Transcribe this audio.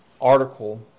article